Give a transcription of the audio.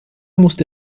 musste